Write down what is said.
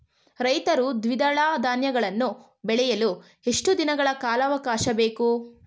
ರೈತರು ದ್ವಿದಳ ಧಾನ್ಯಗಳನ್ನು ಬೆಳೆಯಲು ಎಷ್ಟು ದಿನಗಳ ಕಾಲಾವಾಕಾಶ ಬೇಕು?